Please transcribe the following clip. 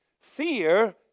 Fear